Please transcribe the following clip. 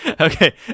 Okay